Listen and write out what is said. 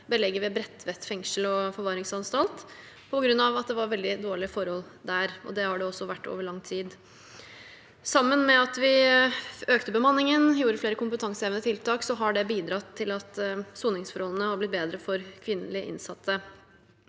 belegget ved Bredtveit fengsel og forvaringsanstalt på grunn av veldig dårlige forhold der – det har det også vært over lang tid. Sammen med at vi økte bemanningen og gjorde flere kompetansehevende tiltak, har det bidratt til at soningsforholdene har blitt bedre for kvinnelige innsatte.